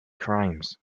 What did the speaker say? crimes